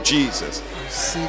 Jesus